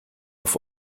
auf